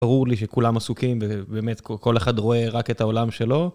ברור לי שכולם עסוקים ובאמת כל אחד רואה רק את העולם שלו.